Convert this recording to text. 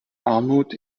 armut